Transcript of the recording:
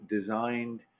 designed